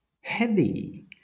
heavy